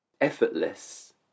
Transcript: Effortless